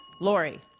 Lori